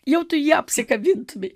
jau tu jį apsikabintumei